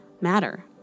matter